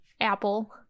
apple